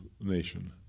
nation